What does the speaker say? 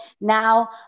Now